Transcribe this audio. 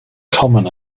common